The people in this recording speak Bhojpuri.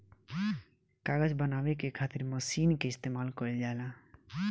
कागज बनावे के खातिर मशीन के इस्तमाल कईल जाला